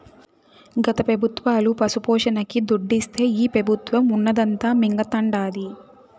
గత పెబుత్వాలు పశుపోషణకి దుడ్డిస్తే ఈ పెబుత్వం ఉన్నదంతా మింగతండాది